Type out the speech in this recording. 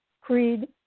Creed